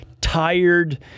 tired